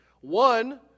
One